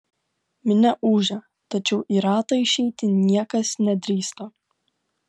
minia ūžia tačiau į ratą išeiti niekas nedrįsta